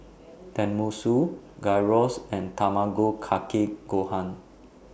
Tenmusu Gyros and Tamago Kake Gohan